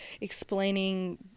explaining